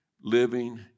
living